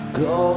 go